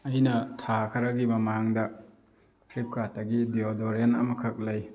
ꯑꯩꯅ ꯊꯥ ꯈꯔꯒꯤ ꯃꯃꯥꯡꯗ ꯐ꯭ꯂꯤꯞꯀꯥꯔꯠꯇꯒꯤ ꯗꯤꯌꯣꯗꯣꯔꯦꯟ ꯑꯃꯈꯛ ꯂꯩ